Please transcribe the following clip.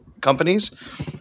companies